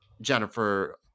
Jennifer